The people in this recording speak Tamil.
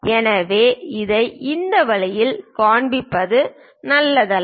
எனவே இதை இந்த வழியில் காண்பிப்பது நல்லதல்ல